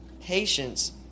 patience